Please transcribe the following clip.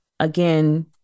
again